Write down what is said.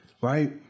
right